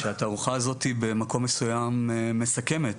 שהתערוכה הזאת במקום מסוים מסכמת